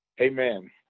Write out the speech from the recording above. Amen